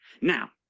Now